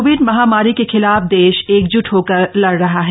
Covid महामारी के खिलाफदेश एकजुट होकर लड़ रहा है